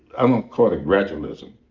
i won't call it gradualism.